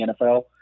NFL